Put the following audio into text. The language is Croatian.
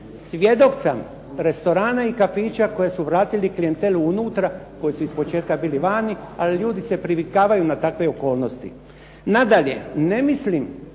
Svjedok sam restorana i kafića koji su vratili klijentelu unutra koji su ispočetka bili vani, ali ljudi se privikavaju na takve okolnosti. Nadalje, ne mislim